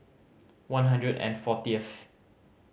one hundred and fortieth